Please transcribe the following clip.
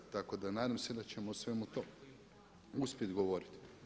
Tako da nadam se da ćemo o svemu tome uspjeti govoriti.